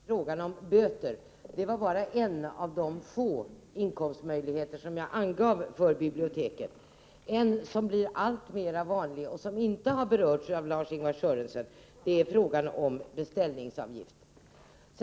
Herr talman! Lars-Ingvar Sörenson tog upp frågan om böter. Det var bara en av de få inkomstmöjligheter för biblioteken som jag angav. En annan som blir alltmer vanlig och som inte har berörts av Lars-Ingvar Sörenson är beställningsavgifter.